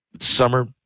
summer